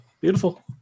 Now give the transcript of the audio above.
Beautiful